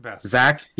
Zach